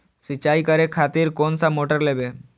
सीचाई करें खातिर कोन सा मोटर लेबे?